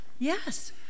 yes